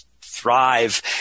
thrive